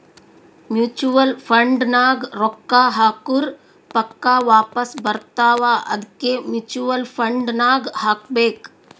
mutual fund ನಾಗ್ ರೊಕ್ಕಾ ಹಾಕುರ್ ಪಕ್ಕಾ ವಾಪಾಸ್ ಬರ್ತಾವ ಅದ್ಕೆ ಮೂಚುವಲ್ ಫಂಡ್ ನಾಗ್ ಹಾಕಬೇಕ್